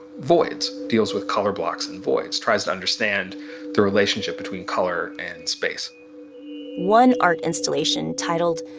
voids, deals with color blocks and voids. tries to understand the relationship between color and space one art installation titled,